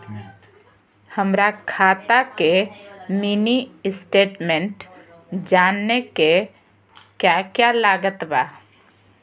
हमरा खाता के मिनी स्टेटमेंट जानने के क्या क्या लागत बा?